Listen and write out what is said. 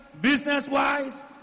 business-wise